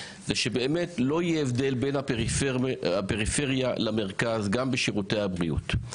הן שבאמת לא יהיה הבדל בין הפריפריה למרכז גם בשירותי הבריאות.